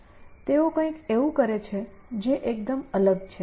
તેઓ કંઈક એવું કરે છે જે એકદમ અલગ છે